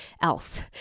else